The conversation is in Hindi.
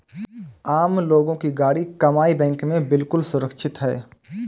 आम लोगों की गाढ़ी कमाई बैंक में बिल्कुल सुरक्षित है